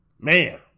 Man